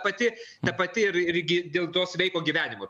pati ta pati ir ir gi dėl to sveiko gyvenimo